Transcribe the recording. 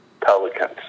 Pelicans